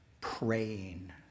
praying